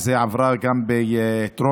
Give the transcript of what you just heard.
והיא עברה גם בטרומית,